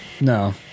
no